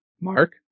Mark